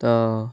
ତ